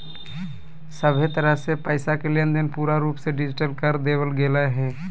सभहे तरह से पैसा के लेनदेन पूरा रूप से डिजिटल कर देवल गेलय हें